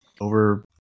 over